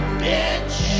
bitch